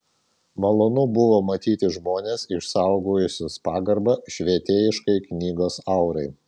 malonu buvo matyti žmones išsaugojusius pagarbą švietėjiškajai knygos aurai